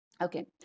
Okay